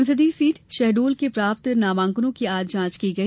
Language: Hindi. संसदीय सीट शहडोल के प्राप्त नामांकनों की आज जांच की गई